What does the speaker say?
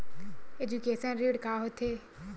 Education ऋण का होथे?